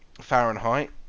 Fahrenheit